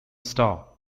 star